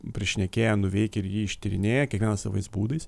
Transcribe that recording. prišnekėję nuveikę ir jį ištyrinėję kiekvienas savais būdais